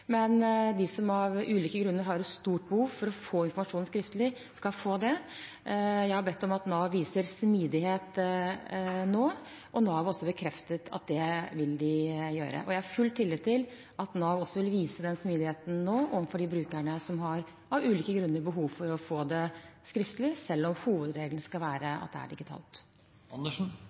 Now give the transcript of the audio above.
men de som av ulike grunner har et stort behov for å få informasjonen skriftlig, skal få det. Jeg har bedt om at Nav viser smidighet nå, og Nav har også bekreftet at det vil de gjøre. Jeg har full tillit til at Nav vil vise den smidigheten nå overfor de brukerne som av ulike grunner har behov for å få det skriftlig, selv om hovedregelen skal være at det er